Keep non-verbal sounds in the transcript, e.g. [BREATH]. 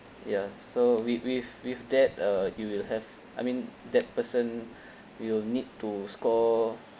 ya so with with with that uh you will have I mean that person [BREATH] will need to score